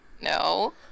No